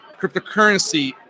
cryptocurrency